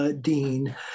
dean